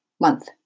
month